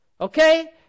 okay